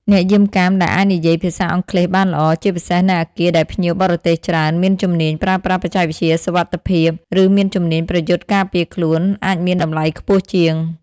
អ្នកយាមកាមដែលអាចនិយាយភាសាអង់គ្លេសបានល្អ ជាពិសេសនៅអគារដែលភ្ញៀវបរទេសច្រើន មានជំនាញប្រើប្រាស់បច្ចេកវិទ្យាសុវត្ថិភាព ឬមានជំនាញប្រយុទ្ធការពារខ្លួន អាចមានតម្លៃខ្ពស់ជាង។